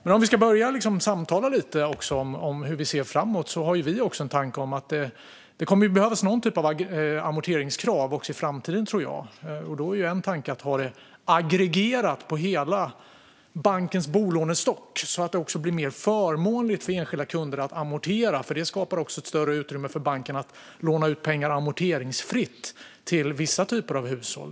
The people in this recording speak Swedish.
Om vi även ska börja samtala lite om hur vi ser framåt har vi en tanke om att det kommer att behövas någon typ av amorteringskrav också i framtiden. Det tror jag. Då är en tanke att ha det aggregerat på hela bankens bolånestock så att det också blir mer förmånligt för enskilda kunder att amortera. Detta skapar även ett större utrymme för banken att låna ut pengar amorteringsfritt till vissa typer av hushåll.